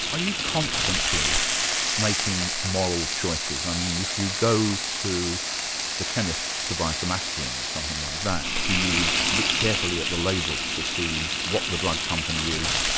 are you constantly making moral choices? i mean, if you go to a chemist to buy some aspirin or something like that, do you look carefully at the label to see what the drug company is,